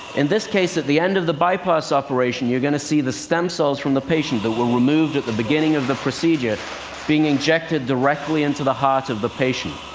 in this case, at the end of the bypass operation, you're going to see the stem cells from the patient that were removed at the beginning of the procedure being injected directly into the heart of the patient.